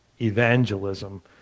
evangelism